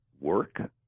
work